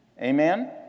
Amen